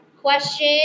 Question